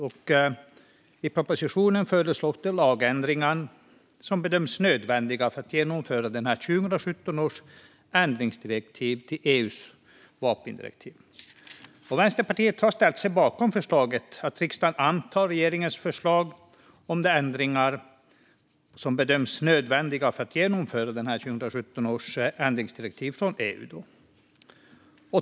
I propositionen föreslås de lagändringar som bedöms nödvändiga för att genomföra 2017 års ändringsdirektiv till EU:s vapendirektiv. Vänsterpartiet har ställt sig bakom förslaget att riksdagen antar regeringens förslag om de lagändringar som bedöms nödvändiga för att genomföra 2017 års ändringsdirektiv från EU.